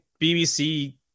BBC